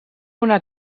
una